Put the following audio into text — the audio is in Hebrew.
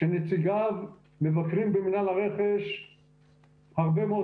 שנציגיו מבקרים במינהל הרכש הרבה מאוד